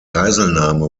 geiselnahme